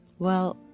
well,